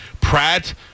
Pratt